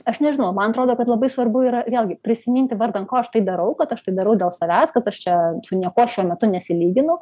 aš nežinau man atrodo kad labai svarbu yra vėlgi prisiminti vardan ko aš tai darau kad aš tai darau dėl savęs kad aš čia niekuo šiuo metu nesilyginu